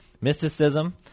Mysticism